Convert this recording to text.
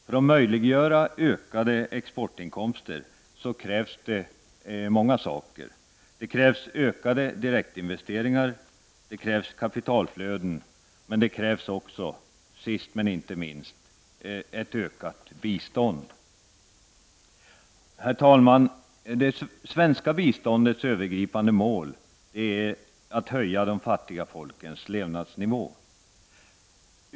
För att möjliggöra ökade exportinkomster krävs det många saker: ökade direktinvesteringar, kapitalflöden och sist men inte minst ökat bistånd. Herr talman! Det svenska biståndets övergripande mål är att höja de fattiga folkens levnadsnivå.